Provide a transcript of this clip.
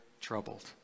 troubled